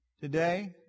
today